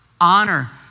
honor